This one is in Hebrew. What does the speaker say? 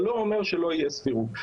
זה לא אומר שלא תהיה סבירות.